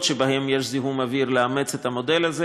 שבהן יש זיהום אוויר לאמץ את המודל הזה.